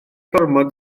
gormod